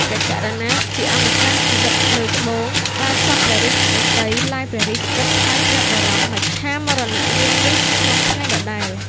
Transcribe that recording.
ព្រះករុណាជាអម្ចាស់ជីវិតលើត្បូងបានសព្វព្រះរាជហឫទ័យឡាយព្រះរាជក្រឹត្យថ្វាយព្រះបរមបច្ឆាមរណនាមនេះក្នុងថ្ងៃដដែល។